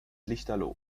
lichterloh